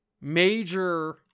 major